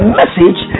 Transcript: message